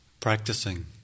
practicing